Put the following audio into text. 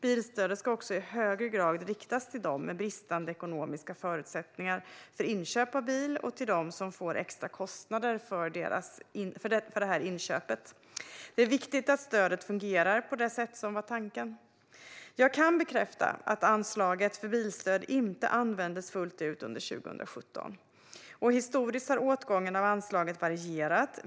Bilstödet ska också i högre grad riktas till dem med bristande ekonomiska förutsättningar för inköp av bil och till dem som får extra kostnader för detta inköp. Det är viktigt att stödet fungerar på det sätt som var avsikten. Jag kan bekräfta att anslaget för bilstöd inte användes fullt ut under 2017. Historiskt har åtgången av anslaget varierat.